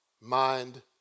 mind